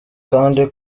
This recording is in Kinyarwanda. kandi